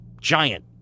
giant